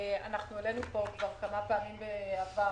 אנחנו העלינו פה כבר כמה פעמים בעבר,